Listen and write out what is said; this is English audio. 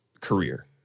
career